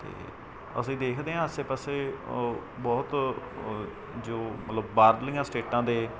ਅਤੇ ਅਸੀਂ ਦੇਖਦੇ ਹਾਂ ਆਸੇ ਪਾਸੇ ਬਹੁਤ ਜੋ ਮਤਲਬ ਬਾਹਰਲੀਆਂ ਸਟੇਟਾਂ ਦੇ